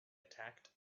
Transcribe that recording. attacked